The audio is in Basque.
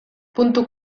puntu